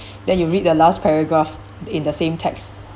then you read the last paragraph in the same text